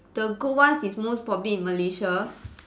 the good ones is most probably in Malaysia